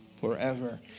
forever